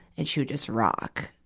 and she would just rock.